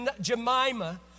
Jemima